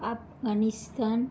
Afghanistan